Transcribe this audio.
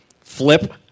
Flip